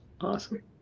Awesome